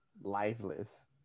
lifeless